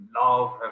love